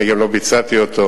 אני גם לא ביצעתי אותו.